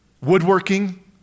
woodworking